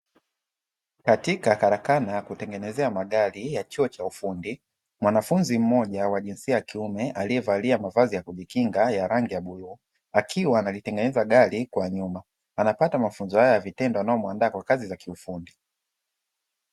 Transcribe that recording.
katika karakana ya kutengenezea magari ya chuo cha ufundi, mwanafunzi mmoja wa jinsia ya kiume aliyevalia mavazi ya kujikinga ya rangi ya bluu akiwa analitengeneza gari kwa nyuma, anapata mafunzo hayo ya vitendo yanayomuandaa kwa kazi za kiufundi.